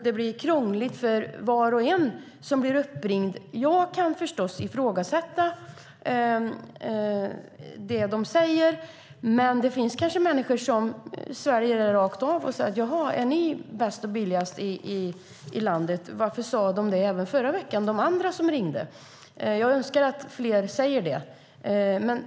Det blir krångligt för var och en som blir uppringd. Jag kan förstås ifrågasätta det de säger, men det finns kanske människor som sväljer det rakt av. Jag önskar att fler kunde säga: Jaha, är ni bäst och billigast i landet? Varför sade då de som ringde förra veckan samma sak?